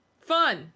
Fun